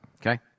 okay